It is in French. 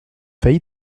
failli